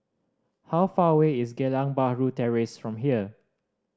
how far away is Geylang Bahru Terrace from here